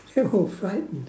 they were frightened